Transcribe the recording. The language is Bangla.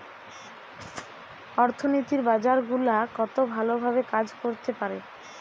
অর্থনীতির বাজার গুলা কত ভালো ভাবে কাজ করতে পারে